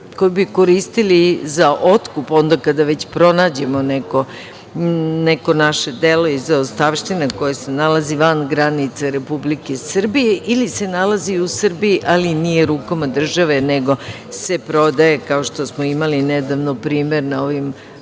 koji bi koristili za otkup, onda kada već pronađemo neko naše delo iz zaostavštine koje se nalazi van granica Republike Srbije ili se nalazi u Srbiji, ali nije u rukama države nego se prodaje, kao što smo imali nedavno primer na ovim